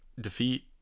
defeat